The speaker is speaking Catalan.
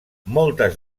moltes